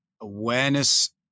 awareness